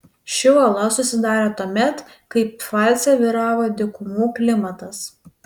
ši uola susidarė tuomet kai pfalce vyravo dykumų klimatas